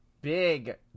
Big